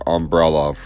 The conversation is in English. umbrella